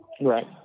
Right